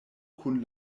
kun